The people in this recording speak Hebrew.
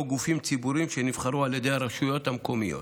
גופים ציבוריים שנבחרו על ידי הרשויות המקומיות.